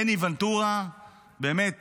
מני ונטורה באמת